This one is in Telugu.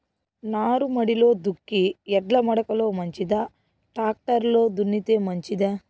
నారుమడిలో దుక్కి ఎడ్ల మడక లో మంచిదా, టాక్టర్ లో దున్నితే మంచిదా?